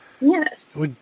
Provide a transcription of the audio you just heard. Yes